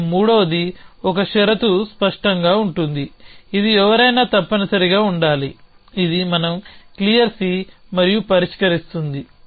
మరియు మూడవది ఒక షరతు స్పష్టంగా ఉంటుంది ఇది ఎవరైనా తప్పనిసరిగా ఉండాలిఇది మనం క్లియర్ C మరియు పరిష్కరిస్తుంది